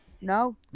no